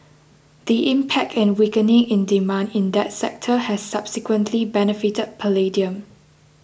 the impact and weakening in demand in that sector has subsequently benefited palladium